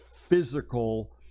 physical